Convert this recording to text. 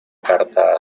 carta